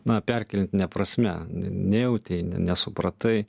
na perkeltine prasme nejautei ne nesupratai